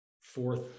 fourth